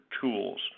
tools